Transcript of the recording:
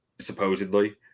supposedly